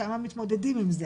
שמה מתמודדים עם זה,